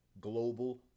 global